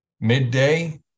Midday